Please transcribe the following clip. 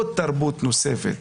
תרבות נוספת.